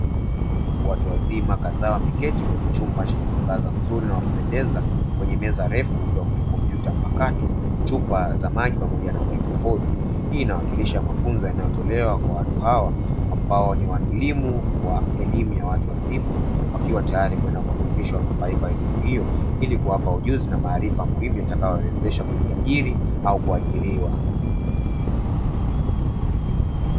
Watu wazima kadhaa wameketi kwenye chumba chenye mwangaza mzuri na wa kupendeza, kwenye meza refu, kukiwa kuna kompyuta mpakato, chupa za maji pamoja na mikrofonu; hii inawakilisha mafunzo yanayotolewa kwa watu hawa, ambao ni wahusika muhimu katika elimu ya watu wazima, wakiwa tayari kupata ujuzi na maarifa yatakayowezesha kujiajiri au kuajiriwa.